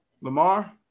Lamar